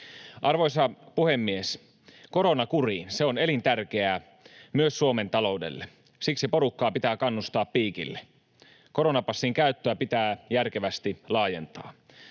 Arvoisa puhemies! Korona kuriin. Se on elintärkeää myös Suomen taloudelle. Siksi porukkaa pitää kannustaa piikille. Koronapassin käyttöä pitää järkevästi laajentaa.